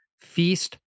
feast